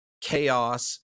chaos